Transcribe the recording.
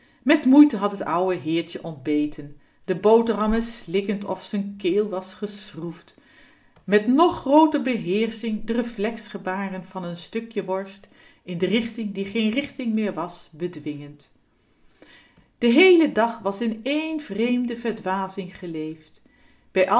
met moeite had t ouwe heertje ontbeten de boterhammen slikkend of z'n keel was geschroefd met nog grooter beheersching de reflexgebaren van n stukje worst in de richting die geen richting meer was bedwingend de heele dag was in één vreemde verdwazing geleefd bij